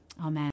amen